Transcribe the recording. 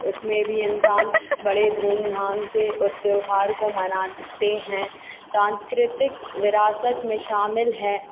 उसमें भी इन्सान बड़े धूमधाम से उस त्यौहार को मनाते हैं सांस्कृतिक विरासत में शामिल है